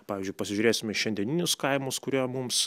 pavyzdžiui pasižiūrėsim į šiandieninius kaimus kurie mums